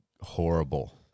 horrible